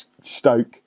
Stoke